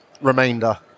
remainder